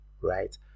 right